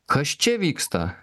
kas čia vyksta